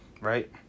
right